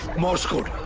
morse code.